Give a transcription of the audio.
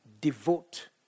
devote